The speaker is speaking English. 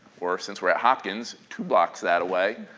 or since we're at hopkins two blocks that-a-way,